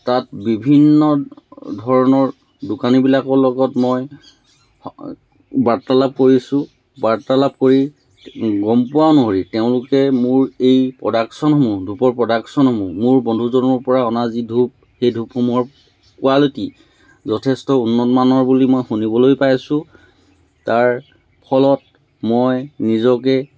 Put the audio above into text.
তাত বিভিন্ন ধৰণৰ দোকানীবিলাকৰ লগত মই বাৰ্তালাপ কৰিছোঁ বাৰ্তালাপ কৰি গম পোৱা অনুসৰি তেওঁলোকে মোৰ এই প্ৰডাকশ্যনসমূহ ধূপৰ প্ৰডাকশ্যনসমূহ মোৰ বন্ধুজনৰ পৰা অনা যি ধূপ সেই ধূপসমূহৰ কোৱালিটি যথেষ্ট উন্নতমানৰ বুলি মই শুনিবলৈ পাইছোঁ তাৰ ফলত মই নিজকে